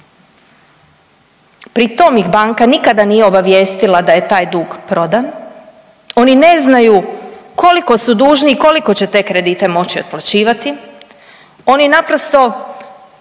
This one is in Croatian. pri tom ih banka nikada nije obavijestila da je taj dug prodan, oni ne znaju koliko su dužni i koliko će te kredite moći otplaćivati, oni naprosto